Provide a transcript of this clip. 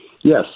Yes